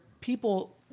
people